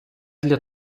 для